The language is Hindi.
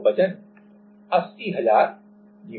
तो वजन 80000 N है